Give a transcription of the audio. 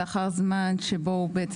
לאחר זמן שבו הוא בעצם,